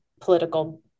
political